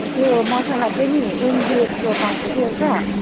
त्यो मसाला चाहिँ नि एमडिएचको पाउँछ कि एउटा